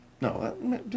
No